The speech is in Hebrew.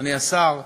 אדוני השר,